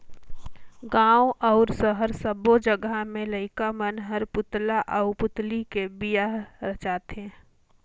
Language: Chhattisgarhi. गांव अउ सहर सब्बो जघा में लईका मन हर पुतला आउ पुतली के बिहा रचाथे